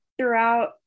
throughout